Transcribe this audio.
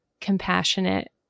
compassionate